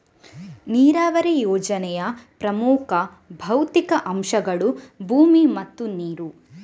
ನೀರಾವರಿ ಯೋಜನೆಯ ಪ್ರಮುಖ ಭೌತಿಕ ಅಂಶಗಳು ಭೂಮಿ ಮತ್ತು ನೀರು